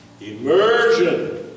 immersion